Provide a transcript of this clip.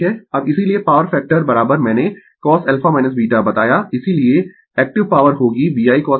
अब इसीलिये power factor मैंने cosα β बताया इसीलिये एक्टिव पॉवर होगी VI cosα β ठीक है